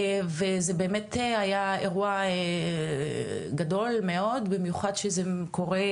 וזה באמת היה אירוע גדול מאוד, במיוחד שזה קורה